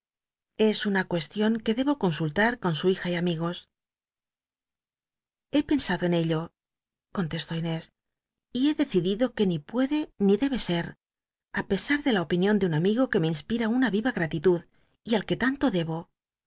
es una cuestion que debo consultar con su bija y am igos he pensado en ello contestó inés y he decidido que ni puede ni debe ser á pesat de la opinion de un amigo que me inspira una yíya gratitud y al que tanto debo